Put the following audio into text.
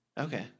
Okay